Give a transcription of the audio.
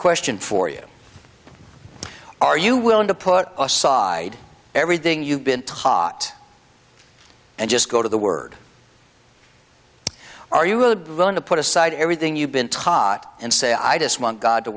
question for you are you willing to put aside everything you've been taught and just go to the word are you going to put aside everything you've been tot and say